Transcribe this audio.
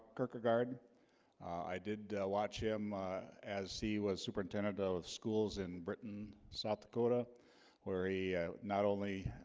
kirkegaard i did watch him as he was superintendent of schools in britain south dakota where he not only?